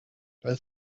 das